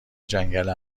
جنگل